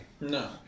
No